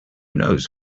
knows